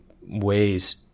ways